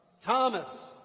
Thomas